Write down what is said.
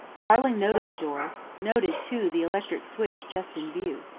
tarling noted the door noted, too the electric switch just in view.